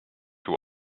who